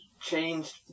changed